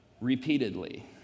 repeatedly